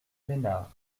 ménard